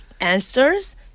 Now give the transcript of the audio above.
answers